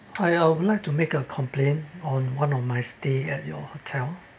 hi I'll like to make a complaint on one of my stay at your hotel